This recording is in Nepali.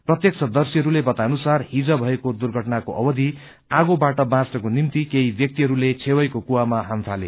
प्रत्यक्षदश्रीहरूले बताए अनुसार हिज भएको दुर्घटनाको अवधि आगोबाट बाच्नको निम्ति केही व्याक्तिहरूले छेवैको कुवामा हाम् ुले